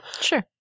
Sure